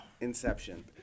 Inception